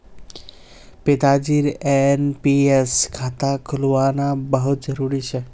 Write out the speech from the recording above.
पिताजीर एन.पी.एस खाता खुलवाना बहुत जरूरी छ